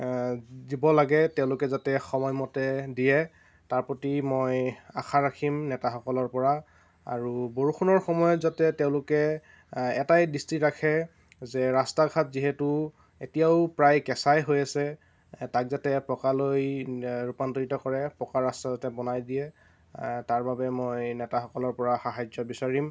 দিব লাগে তেওঁলোকে যাতে সময়মতে দিয়ে তাৰ প্ৰতি মই আশা ৰাখিম নেতাসকলৰ পৰা আৰু বৰষুণৰ সময়ত যাতে তেওঁলোকে এটাই দৃষ্টি ৰাখে যে ৰাস্তা ঘাট যিহেতু এতিয়াও প্ৰায় কেঁচাই হৈ আছে তাক যাতে পকালৈ ৰূপান্তৰিত কৰে পকা ৰাস্তা যাতে বনাই দিয়ে তাৰ বাবে মই নেতাসকলৰ পৰা সাহাৰ্য্য বিচাৰিম